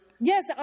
Yes